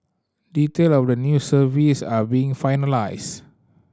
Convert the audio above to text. detail of the new service are being finalised